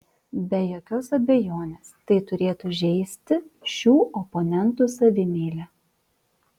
be jokios abejonės tai turėtų žeisti šių oponentų savimeilę